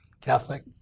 Catholic